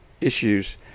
issues